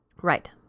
Right